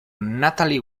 natalie